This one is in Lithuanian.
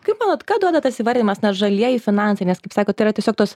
kaip manot ką duoda tas įvardijimas na žalieji finansai nes kaip sakot yra tiesiog tos